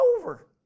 over